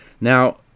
Now